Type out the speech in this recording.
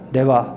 Deva